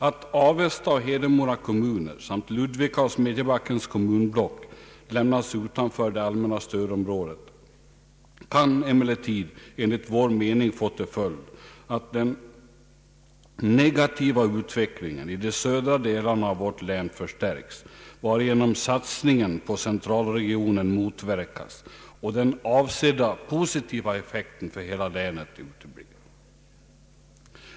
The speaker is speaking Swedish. Att Avesta och Hedemora kommuner samt Ludvika och Smedjebackens kommunblock lämnats utanför det allmänna stödområdet kan emellertid enligt vår mening få till följd, att den negativa utvecklingen i de södra delarna av vårt län förstärkes, varigenom satsningen på centralregionen motverkas och den avsedda positiva effekten för hela länet uteblir.